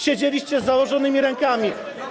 Siedzieliście z założonymi rękami.